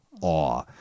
awe